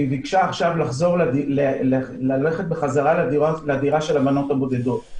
היא ביקשה ללכת חזרה לדירה של הבנות הבודדות.